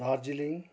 Darjeeling